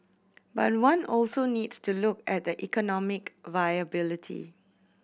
but one also needs to look at the economic viability